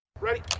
Ready